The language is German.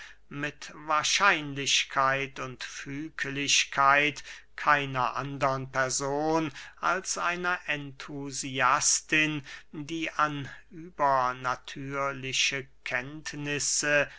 mit wahrscheinlichkeit und füglichkeit keiner andern person als einer enthusiastin die an übernatürliche kenntnisse